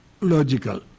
logical